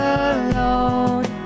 alone